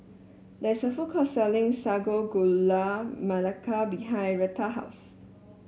there is a food court selling Sago Gula Melaka behind Rheta's house